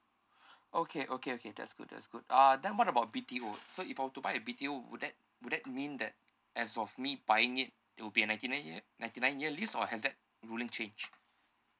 okay okay okay that's good that's good uh then what about B_T_O so if I were to but a B_T_O would that would that mean that as of me buying it it would be a ninety nine year ninety nine year lease or has that ruling changed